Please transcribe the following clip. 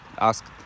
asked